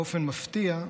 באופן מפתיע,